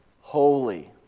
holy